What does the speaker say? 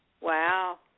Wow